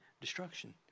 destruction